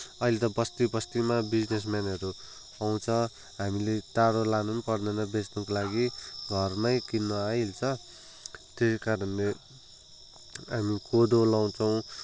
अहिले त बस्ती बस्तीमा बिजनेसम्यानहरू पाउँछ हामीले टाढो लानु पनि पर्दैन बेच्नको लागि घरमै किन्न आइहाल्छ त्यही कारणले हामी कोदो लगाउँछौँ